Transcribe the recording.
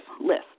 list